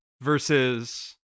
Versus